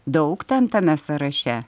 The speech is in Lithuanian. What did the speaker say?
daug ten tame sąraše